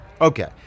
okay